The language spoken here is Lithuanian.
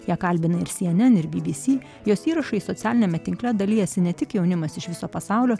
ją kalbina ir cnn ir bbc jos įrašais socialiniame tinkle dalijasi ne tik jaunimas iš viso pasaulio